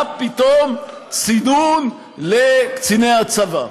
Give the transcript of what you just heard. מה פתאום צינון לקציני הצבא?